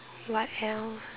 what else